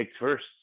first